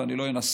ואני לא אנסה,